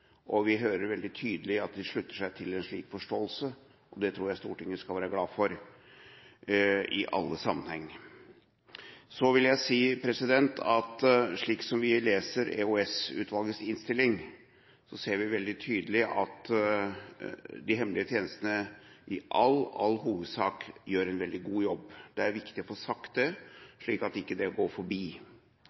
og vi hører veldig tydelig at de slutter seg til en slik forståelse. Det tror jeg Stortinget skal være glad for i alle sammenhenger. Så vil jeg si at slik som vi leser EOS-utvalgets innstilling, ser vi veldig tydelig at de hemmelige tjenestene i all, all hovedsak gjør en veldig god jobb. Det er viktig å få sagt det, slik at det ikke går oss forbi.